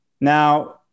Now